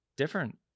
different